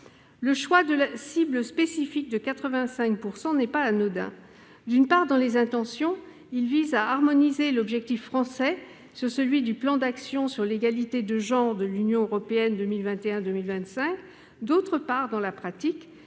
Le choix de la cible spécifique de 85 % n'est pas anodin : d'une part, dans les intentions, il vise à harmoniser l'objectif français avec celui du plan d'action sur l'égalité des genres 2021-2025 de l'Union européenne ; d'autre part, dans la pratique,